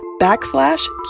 backslash